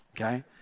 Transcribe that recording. okay